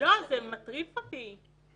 מטריף אותי.